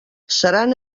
seran